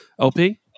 LP